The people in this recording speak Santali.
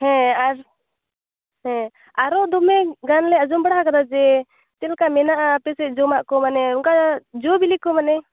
ᱦᱮᱸ ᱟᱨ ᱦᱮᱸ ᱟᱨᱚ ᱫᱚᱢᱮ ᱜᱟᱱᱞᱮ ᱟᱸᱡᱚᱢ ᱵᱟᱲᱟᱣ ᱟᱠᱟᱫᱟ ᱡᱮ ᱪᱮᱫ ᱞᱮᱠᱟ ᱢᱮᱱᱟᱜᱼᱟ ᱟᱯᱮᱥᱮᱫ ᱡᱚᱢᱟᱜ ᱠᱚ ᱢᱟᱱᱮ ᱚᱱᱠᱟ ᱡᱚ ᱵᱤᱞᱤ ᱠᱚ ᱢᱟᱱᱮ